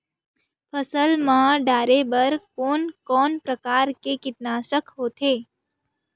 फसल मा डारेबर कोन कौन प्रकार के कीटनाशक होथे?